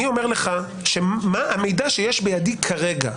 אני אומר לך מה המידע שיש בידי כרגע.